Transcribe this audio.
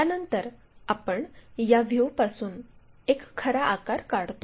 त्यानंतर आपण या व्ह्यूपासून एक खरा आकार काढतो